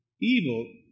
evil